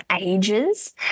ages